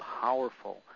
powerful